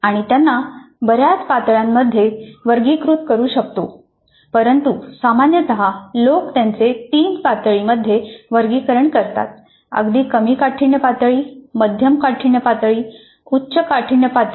आपण त्यांना बऱ्याच पातळ्यांमध्ये वर्गीकृत करू शकलो परंतु सामान्यत लोक त्यांचे 3 पातळी यांमध्ये वर्गीकरण करतात अगदी कमी काठिण्य पातळी मध्यम काठिण्य पातळी उच्च काठिण्य पातळी